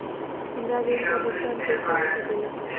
हमरा ऋण का भुगतान कैसे हो सके ला?